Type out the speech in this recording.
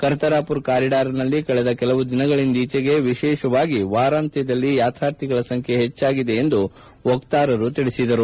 ಕರ್ತಾರ್ಮರ್ ಕಾರಿಡಾರ್ನಲ್ಲಿ ಕಳೆದ ಕೆಲವು ದಿನಗಳಿಂದೀಚೆಗೆ ವಿಶೇಷವಾಗಿ ವಾರಾಂತ್ವದಲ್ಲಿ ಯಾತ್ರಾರ್ಥಿಗಳ ಸಂಖ್ಯೆ ಹೆಚ್ಚಾಗಿದೆ ಎಂದು ವಕ್ತಾರರು ತಿಳಿಸಿದರು